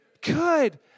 good